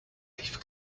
leave